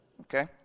Okay